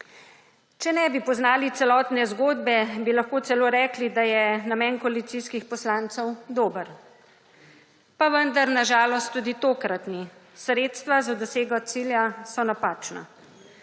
Če ne bi poznali celotne zgodbe, bi lahko celo rekli, da je namen koalicijskih poslancev dober. Pa vendar na žalost tudi tokrat ni. Sredstva za dosego cilja so napačna.